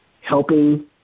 helping